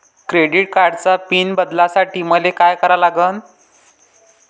Credit कार्डाचा PIN बदलासाठी मले का करा लागन?